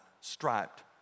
striped